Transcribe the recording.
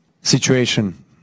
situation